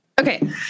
Okay